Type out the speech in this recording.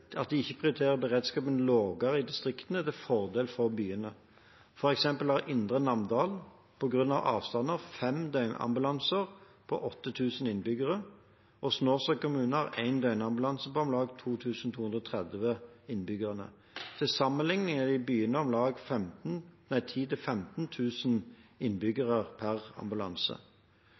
distriktene til fordel for byene. For eksempel har Indre Namdal – på grunn av avstander – fem døgnambulanser på 8 000 innbyggere, og Snåsa kommune har én døgnambulanse på om lag 2 230 innbyggere. Til sammenligning er det i byene om lag 10 000–15 000 innbyggere per ambulanse.